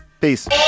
Peace